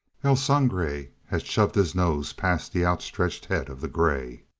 el sangre had shoved his nose past the outstretched head of the gray.